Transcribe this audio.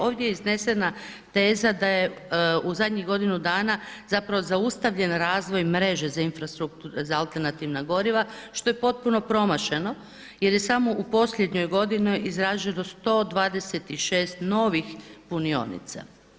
Ovdje je iznesena teza da je u zadnjih godinu dana zapravo zaustavljen razvoj mreže za infrastrukturu, za alternativna goriva, što je potpuno promašeno jer je samo u posljednjoj godini izgrađeno 126 novih punionica.